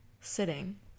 sitting